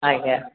ଆଜ୍ଞା